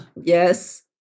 Yes